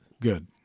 Good